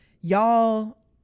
Y'all